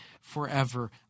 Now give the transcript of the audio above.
forever